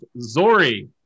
Zori